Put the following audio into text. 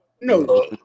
No